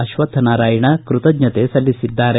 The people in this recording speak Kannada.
ಅಕ್ಷಕ್ಟನಾರಾಯಣ ಕೃತಜ್ಞತೆ ಸಲ್ಲಿಸಿದ್ದಾರೆ